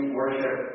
worship